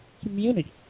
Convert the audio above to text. community